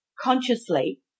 consciously